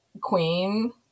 queen